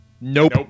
Nope